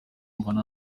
ndumva